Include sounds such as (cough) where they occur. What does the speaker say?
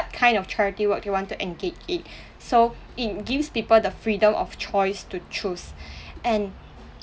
kind of charity work you want to engage in so it gives people the freedom of choice to choose (breath) and